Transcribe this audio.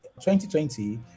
2020